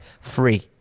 free